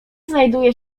znajduje